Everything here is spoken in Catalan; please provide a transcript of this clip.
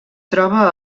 troba